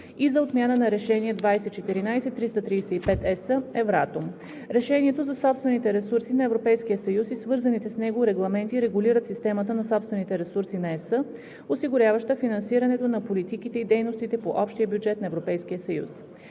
и за отмяна на Решение 2014/335/ЕС, Евратом. Решението за собствените ресурси на Европейския съюз и свързаните с него регламенти регулират системата на собствените ресурси на ЕС, осигуряваща финансирането на политиките и дейностите по общия бюджет на